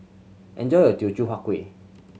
enjoy your Teochew Huat Kueh